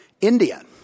India